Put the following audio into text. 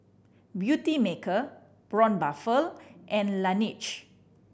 Beautymaker Braun Buffel and Laneige